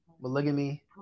Polygamy